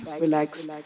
relax